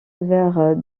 vers